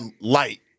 light